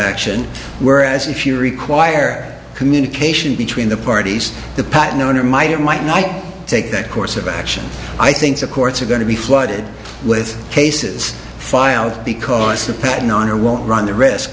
action whereas if you require communication between the parties the patent owner might it might not take that course of action i think the courts are going to be flooded with cases filed because the patent on or won't run the risk